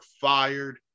fired